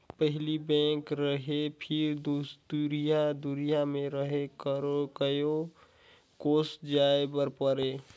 पहिली बेंक रहें फिर दुरिहा दुरिहा मे रहे कयो कोस जाय बर परे